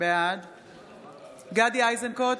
בעד גדי איזנקוט,